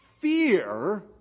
fear